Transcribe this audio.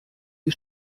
die